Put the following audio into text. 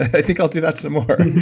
i think i'll do that some more,